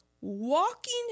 walking